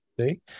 See